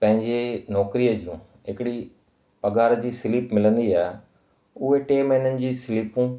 पंहिंजे नौकरीअ जूं हिकिड़ी पघार जी सिलीप मिलंदी आहे उहे टे महिननि जी सिलीपूं